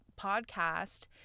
podcast